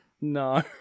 no